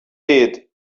did